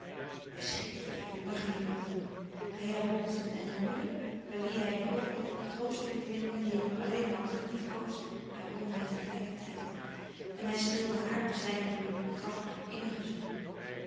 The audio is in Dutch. hij schrikte even maar glimlachte nu hij herwon zich en zijn moeder bij wie hij een oogenblik had troost willen vinden en die hem alleen had geliefkoosd herwon hij tegelijkertijd en hij streelde haar op zijne beurt en gaf haar een innigen zoen